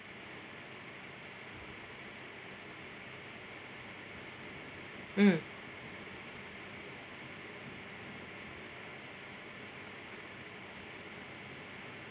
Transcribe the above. mm